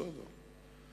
בסדר.